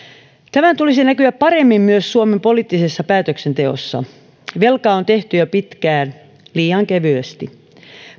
tämän tulisi näkyä paremmin myös suomen poliittisessa päätöksenteossa velkaa on tehty jo pitkään liian kevyesti